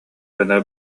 гына